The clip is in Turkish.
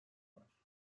var